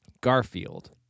Garfield